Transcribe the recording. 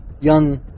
young